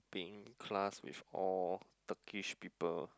being class with all Turkish people